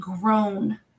grown